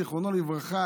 זיכרונו לברכה,